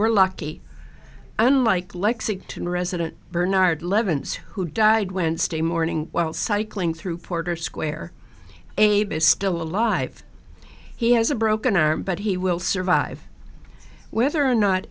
were lucky unlike lexington resident bernard levin who died wednesday morning while cycling through puerto square still alive he has a broken arm but he will survive whether or not